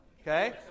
okay